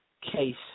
case